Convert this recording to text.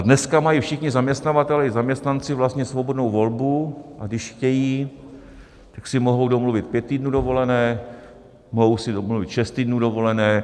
Dneska mají všichni zaměstnavatelé i zaměstnanci vlastně svobodnou volbu, a když chtějí, tak si mohou domluvit pět týdnů dovolené, mohou si domluvit šest týdnů dovolené.